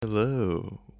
hello